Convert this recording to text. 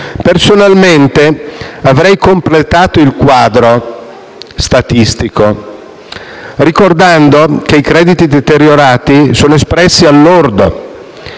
Personalmente, avrei completato il quadro statistico ricordando che i crediti deteriorati sono espressi al lordo